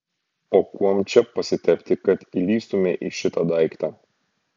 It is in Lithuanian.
o kuom čia pasitepti kad įlįstumei į šitą daiktą